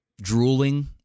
drooling